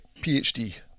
PhD